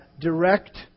direct